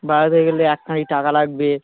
বাইরে খেতে গেলে এক কাঁড়ি টাকা লাগবে